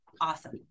awesome